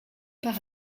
par